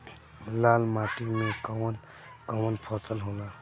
लाल माटी मे कवन कवन फसल होला?